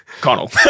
Connell